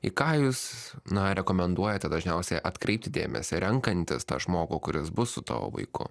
į ką jūs na rekomenduojate dažniausiai atkreipti dėmesį renkantis tą žmogų kuris bus su tavo vaiku